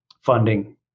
funding